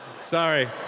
Sorry